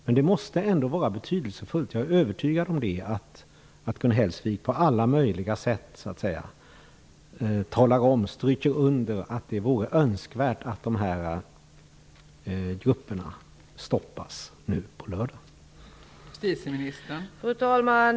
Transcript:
Men det måste ändå vara betydelsefullt att Gun Hellsvik på alla möjliga sätt talar om och stryker under att det vore önskvärt att de här grupperna stoppas nu på lördag. Jag är övertygad om det.